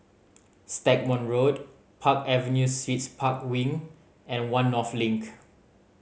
Stagmont Road Park Avenue Suites Park Wing and One North Link